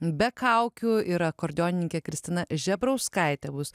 be kaukių ir akordeonininkė kristina žebrauskaitė bus